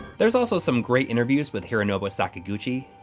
there's also some great interviews with hironobu sakaguchi,